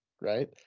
right